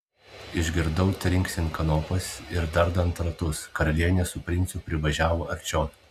išgirdau trinksint kanopas ir dardant ratus karalienė su princu privažiavo arčiau